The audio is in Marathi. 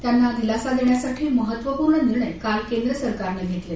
त्यांना दिलासा देण्यासाठी महत्वपूर्ण निर्णय काल केंद्र सरकारनं घेतले